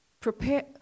prepare